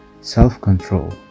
self-control